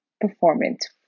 performance